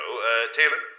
Taylor